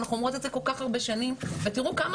אנחנו אומרות את זה כל כך הרבה שנים ותראו כמה